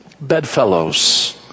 bedfellows